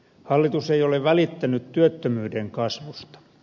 hallitus ei ole välittänyt työttömyyden kasvusta